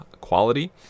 quality